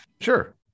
Sure